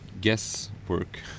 guesswork